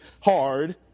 hard